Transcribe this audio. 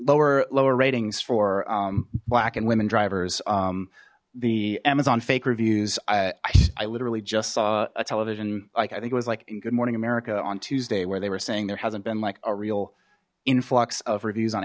lower lower ratings for black and women drivers the amazon fake reviews i literally just saw a television like i think it was like in good morning america on tuesday where they were saying there hasn't been like a real influx of reviews on